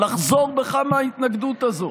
לחזור בך מההתנגדות הזו.